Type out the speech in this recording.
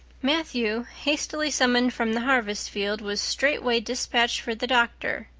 matthew, hastily summoned from the harvest field, was straightway dispatched for the doctor,